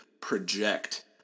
project